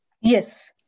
yes